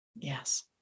Yes